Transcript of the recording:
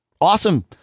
awesome